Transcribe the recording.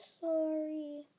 sorry